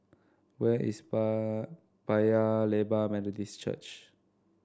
where is Paya Lebar Methodist Church